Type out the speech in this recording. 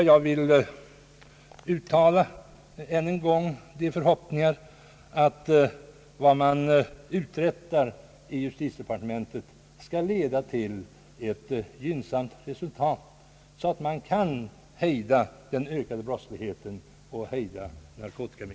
Jag vill än en gång uttala den förhoppningen att vad man uträttar i justitiedepartementet skall leda till ett gynnsamt resultat, så att narkotikamissbruket och den ökade brottsligheten kan hejdas.